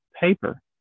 paper